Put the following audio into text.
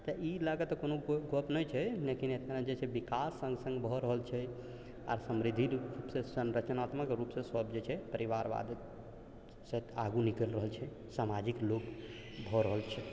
तऽ ई लऽ कऽ तऽ कोनो गप नहि छै लेकिन एतना जे छै विकास सङ्ग सङ्ग भऽ रहल छै आओर समृद्धि रूपसँ संरचनात्मक रूपसँ सब जे छै परिवारवादसँ आगू निकलि रहल छै सामाजिक लोक भऽ रहल छै